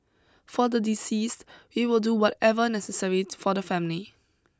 for the deceased we will do whatever necessary for the family